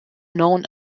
known